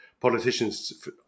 politicians